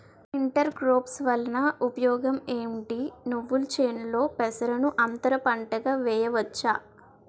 Inter crops పంట వలన ఉపయోగం ఏమిటి? నువ్వుల చేనులో పెసరను అంతర పంటగా వేయవచ్చా?